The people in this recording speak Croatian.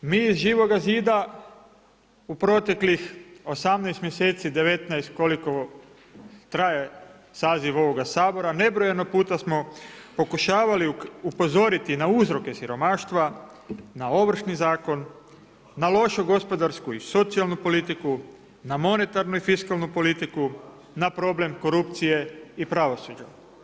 Mi iz Živoga zida u proteklih 18 mjeseci, 18, koliko traje saziv ovoga Sabora, nebrojeno puta smo pokušavali upozoriti na uzroke siromaštva, na Ovršni zakon, na lošu gospodarsku i socijalnu politiku, na monetarnu i fiskalnu politiku, na problem korupcije i pravosuđa.